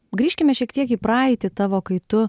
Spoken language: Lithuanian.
grįžkime šiek tiek į praeitį tavo kai tu